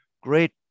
Great